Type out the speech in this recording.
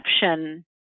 perception